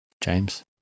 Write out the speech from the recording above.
James